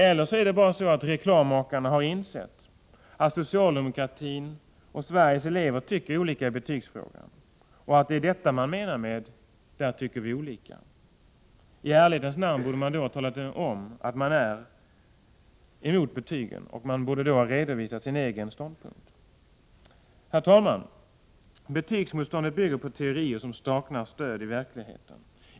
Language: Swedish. Eller också är det bara på det sättet att reklammakarna har insett att socialdemokratin och Sveriges elever tycker olika i betygsfrågan, och att det är detta man menar med orden ”där tycker vi olika”. I ärlighetens namn borde man då ha talat om, att man är emot betygen, och man borde ha redovisat sin egen ståndpunkt. Betygsmotståndet bygger på teorier som saknar stöd i verkligheten.